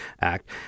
Act